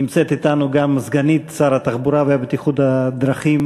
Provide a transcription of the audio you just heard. נמצאת אתנו גם סגנית שר התחבורה והבטיחות בדרכים,